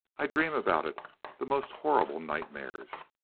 i dream about it the most horrible nightmares!